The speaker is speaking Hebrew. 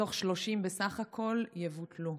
מתוך 30 בסך הכול, יבוטלו.